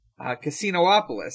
Casinoopolis